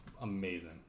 amazing